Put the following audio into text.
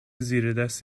زیردست